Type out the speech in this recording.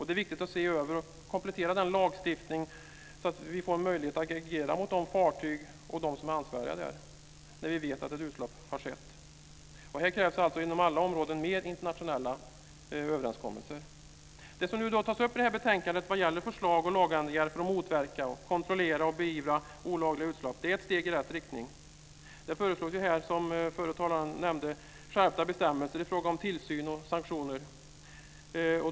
Det är viktigt att se över och komplettera lagstiftningen så att vi får möjlighet att agera mot de fartyg och de som är ansvariga när vi vet att ett utsläpp har skett. Här krävs fler internationella överenskommelser inom alla områden. Det som tas upp i detta betänkande vad gäller förslag om lagändringar för att motverka, kontrollera och beivra olagliga utsläpp är steg i rätt riktning. Som föregående talare nämnde föreslås här skärpta bestämmelser i fråga om tillsyn och sanktioner.